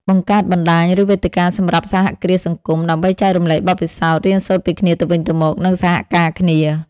បង្កើតបណ្តាញ ឬវេទិកាសម្រាប់សហគ្រាសសង្គម ដើម្បីចែករំលែកបទពិសោធន៍ រៀនសូត្រពីគ្នាទៅវិញទៅមក និងសហការគ្នា ។